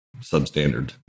substandard